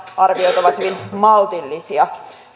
arviot ovat hyvin maltillisia